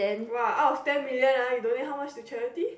!wah! out of ten million ah you donate how much to charity